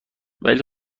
ولی